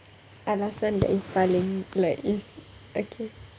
alasan that is paling like is okay